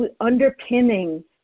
underpinning